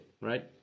right